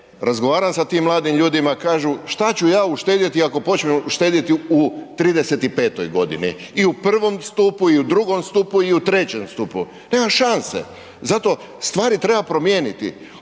Razgovarao sam sa tim mladim ljudima, kažu šta ću ja uštedjeti ako počnem štedjeti u 35. godini i u prvom stupu i u drugom stupu i u trećem stupu, nema šanse. Zato stvari treba promijeniti.